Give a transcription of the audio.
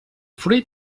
fruit